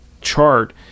chart